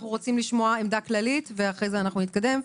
אנו רוצים לשמוע עמדה כללית ואז נתקדם.